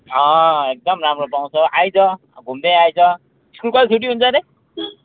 एकदम राम्रो पाउँछ आइज घुम्दै आइज स्कुल कहिले छुट्टी हुन्छ हरे